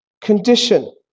condition